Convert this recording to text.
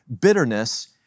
bitterness